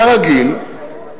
כרגיל,